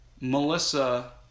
Melissa